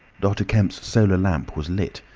dr. kemp's solar lamp was lit,